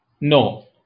No